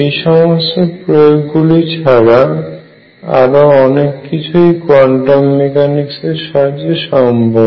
এই সমস্ত প্রয়োগ গুলি ছাড়া আরো অনেক কিছুই কোয়ান্টাম মেকানিক্স এর সাহায্যে সম্ভব